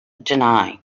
deny